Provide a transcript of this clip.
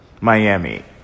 Miami